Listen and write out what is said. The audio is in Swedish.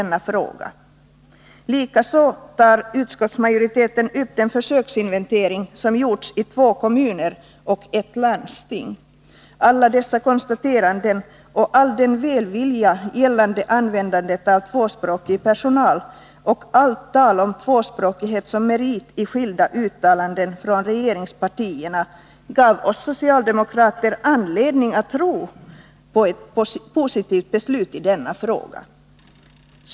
Likaså tar utskottsmajoriteten upp den försöksinventering som gjorts i två kommuner och ett landsting. Alla dessa konstateranden, all den välvilja gällande användandet av tvåspråkig personal och allt tal om tvåspråkighet som merit i skilda uttalanden från regeringspartierna gav oss socialdemokrater anledning att tro på ett positivt beslut i denna fråga.